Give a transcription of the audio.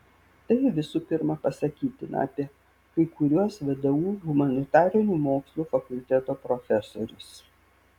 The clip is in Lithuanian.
tai visų pirma pasakytina apie kai kuriuos vdu humanitarinių mokslų fakulteto profesorius